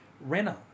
Renner